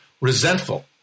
resentful